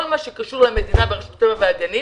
כל מה שקשור למדינה ברשות הטבע והגנים